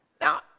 Now